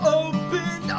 open